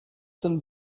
some